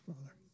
Father